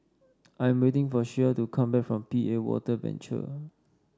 I am waiting for Shea to come back from P A Water Venture